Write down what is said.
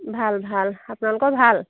ভাল ভাল আপোনালোকৰ ভাল